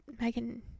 Megan